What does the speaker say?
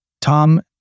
Tom